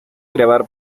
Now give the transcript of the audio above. grabar